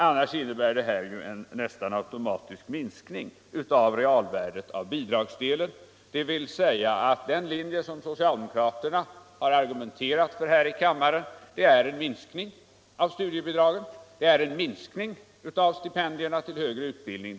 Annars innebär systemet en nästan automatisk minskning av realvärdet av bidragsdelen. Den linje som socialdemokraterna argumenterat för här i kammaren är således en minskning av studiebidragen, en minskning av stipendierna till högre utbildning.